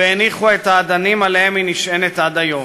והניחו את האדנים שעליהם היא נשענת עד היום.